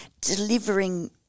delivering